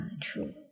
true